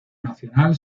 nacional